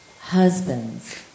Husbands